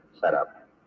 setup